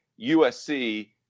USC